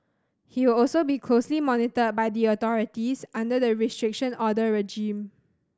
he will also be closely monitored by the authorities under the Restriction Order regime